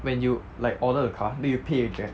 when you like order the car then you pay with them